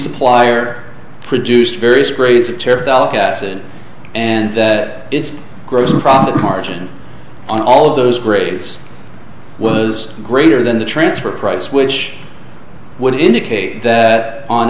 supplier produced various grades of chair felt acid and that its gross profit margin on all of those grades was greater than the transfer price which would indicate that on